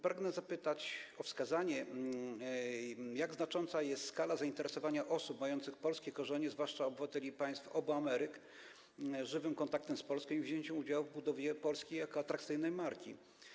Pragnę zapytać o to, jak znacząca jest skala zainteresowania osób mających polskie korzenie, zwłaszcza obywateli państw obu Ameryk, żywym kontaktem z Polską, wzięciem udziału w budowie Polski jako atrakcyjnej marki.